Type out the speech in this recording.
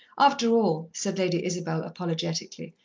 after all, said lady isabel apologetically,